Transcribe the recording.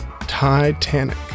Titanic